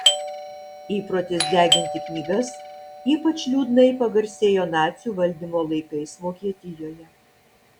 įprotis deginti knygas ypač liūdnai pagarsėjo nacių valdymo laikais vokietijoje